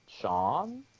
Sean